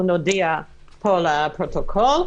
שאנחנו נודיע פה לפרוטוקול,